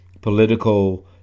political